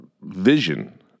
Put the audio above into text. vision